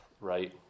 right